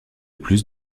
plus